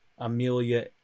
Amelia